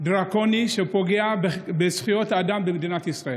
דרקוני שפוגע בזכויות אדם במדינת ישראל.